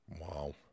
Wow